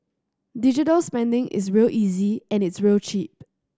digital spending is real easy and it's real cheap